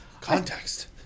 Context